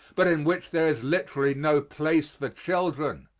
but in which there is literally no place for children?